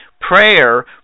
Prayer